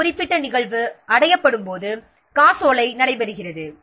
ஒரு குறிப்பிட்ட நிகழ்வு அடையப்படும்போது காசோலை நடைபெறுகிறது